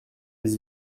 des